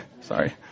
Sorry